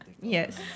Yes